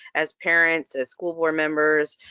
as parents, as school board members,